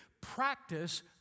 Practice